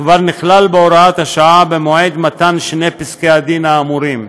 כבר נכלל בהוראת השעה במועד מתן שני פסקי הדין האמורים.